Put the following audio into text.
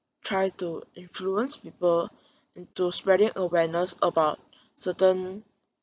try to influence people into spreading awareness about certain